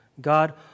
God